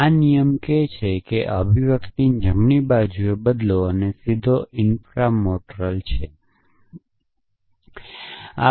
આ નિયમ કહે છે કે સમાન અભિવ્યક્તિની જમણી બાજુએ સીધા ઇન્ફ્રા મોરટલ મેળવો